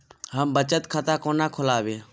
हम बचत खाता कोना खोलाबी?